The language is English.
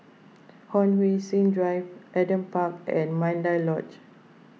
Hon Sui Sen Drive Adam Park and Mandai Lodge